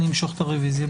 אני אמשוך את הרוויזיה.